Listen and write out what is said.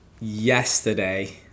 yesterday